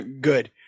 good